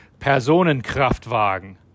Personenkraftwagen